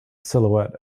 silhouette